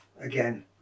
again